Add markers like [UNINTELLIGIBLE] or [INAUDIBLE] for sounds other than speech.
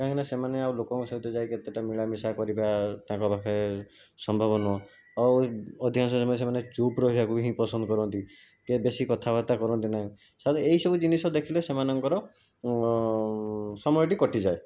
କାହିଁକିନା ସେମାନେ ଆଉ ଲୋକଙ୍କ ସହିତ ଯାଇକି ଏତେଟା ମିଳାମିଶା କରିବା ତାଙ୍କ ପାଖେ ସମ୍ଭବ ନୁହଁ ଆଉ ଅଧିକାଂଶ ସମୟରେ ସେମାନେ ଚୁପ୍ ରହିବାକୁ ହିଁ ପସନ୍ଦ କରନ୍ତି କେ ବେଶୀ କଥାବାର୍ତ୍ତା କରନ୍ତି ନାହିଁ [UNINTELLIGIBLE] ଏଇସବୁ ଜିନିଷ ଦେଖିଲେ ସେମାନଙ୍କର ସମୟଟି କଟିଯାଏ